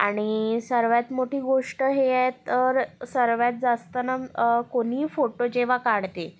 आणि सर्वात मोठी गोष्ट हे आहेत तर सर्वात जास्त नं कोणीही फोटो जेव्हा काढते